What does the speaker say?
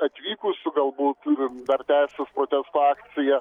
atvykusių galbūt dar tęsis protesto akcija